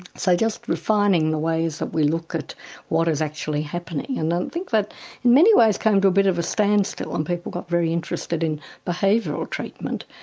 so just refining the ways that we look at what is actually happening and i think that in many ways came to a bit of a standstill when um people got very interested in behavioural treatment.